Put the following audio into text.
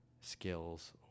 skills